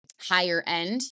higher-end